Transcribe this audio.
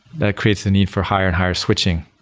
that creates the need for higher and higher switching,